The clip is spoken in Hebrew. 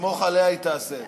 סמוך עליה, היא תעשה את זה.